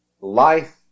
life